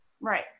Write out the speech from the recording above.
Right